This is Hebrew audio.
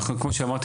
אנחנו כמו שאמרתי